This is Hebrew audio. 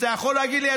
אתה יכול להגיד לי,